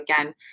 again